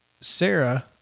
Sarah